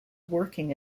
working